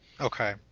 Okay